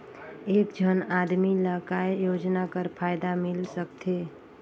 एक झन आदमी ला काय योजना कर फायदा मिल सकथे?